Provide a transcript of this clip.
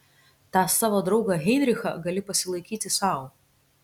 tą savo draugą heinrichą gali pasilaikyti sau